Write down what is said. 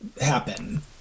happen